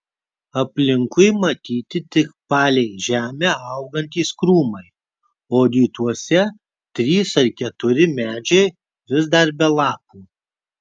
aplinkui matyti tik palei žemę augantys krūmai o rytuose trys ar keturi medžiai vis dar be lapų